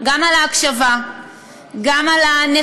גם על ההקשבה,